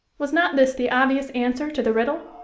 was not this the obvious answer to the riddle?